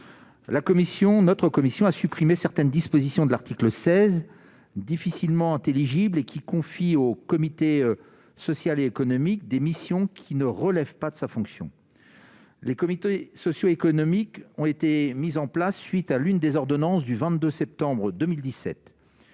la commission notre commission a supprimé certaines dispositions de l'article 16 difficilement intelligible et qui confie au comité social et économique des missions qui ne relève pas de sa fonction, les comités sociaux économiques ont été mises en place suite à l'une des ordonnances du 22 septembre 2017